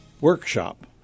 workshop